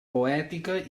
poètica